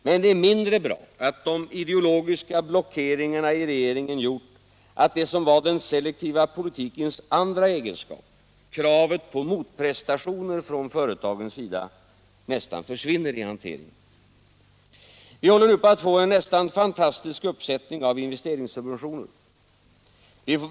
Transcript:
Men det är mindre bra att de ideologiska blockeringarna i regeringen gjort att det som var den selektiva politikens andra egenskap — kravet på motprestationer från företagens sida — nästan försvinner i hanteringen. Vi håller nu på att få en nästan fantastisk uppsättning av investeringssubventioner.